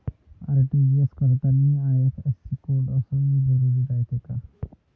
RTGS करतांनी IFSC code असन जरुरी रायते का?